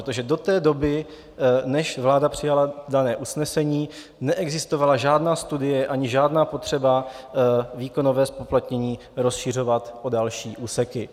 Protože do té doby, než vláda přijala dané usnesení, neexistovala žádná studie ani žádná potřeba výkonové zpoplatnění rozšiřovat o další úseky.